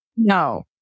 No